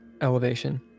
elevation